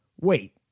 wait